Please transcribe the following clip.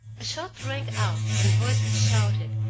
a shot rang out, and voices shouted,